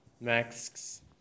Max